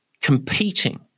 competing